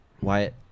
Wyatt